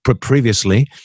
Previously